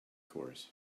chorus